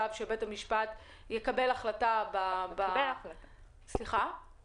עד שבית המשפט יקבל --- הוא כבר קיבל החלטה.